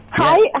hi